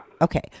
Okay